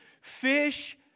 fish